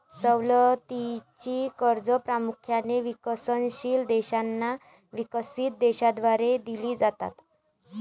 सवलतीची कर्जे प्रामुख्याने विकसनशील देशांना विकसित देशांद्वारे दिली जातात